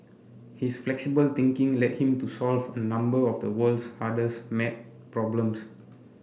his flexible thinking led him to solve a number of the world's hardest maths problems